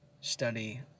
study